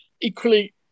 equally